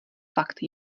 fakt